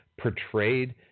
portrayed